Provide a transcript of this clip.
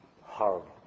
Horrible